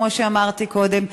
כמו שאמרתי קודם,